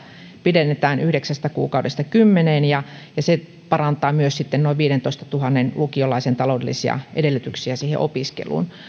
pidennetään yhdeksästä kuukaudesta kymmeneen ja se parantaa noin viidentoistatuhannen lukiolaisen taloudellisia edellytyksiä siihen opiskeluun